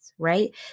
right